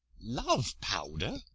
love-powder!